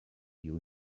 you